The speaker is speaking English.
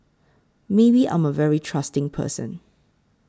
maybe I'm a very trusting person